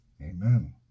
Amen